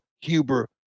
huber